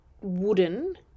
wooden